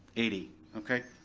eighty, okay.